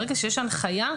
ברגע שיש הנחיה,